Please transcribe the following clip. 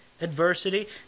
adversity